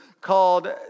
called